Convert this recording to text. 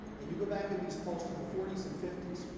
and you go back in these polls to the forty s and fifty s,